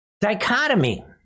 dichotomy